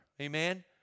Amen